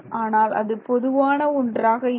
ஆனால் அது பொதுவான ஒன்றாக இல்லை